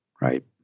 right